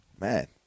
Man